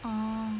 orh